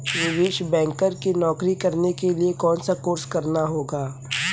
निवेश बैंकर की नौकरी करने के लिए कौनसा कोर्स करना होगा?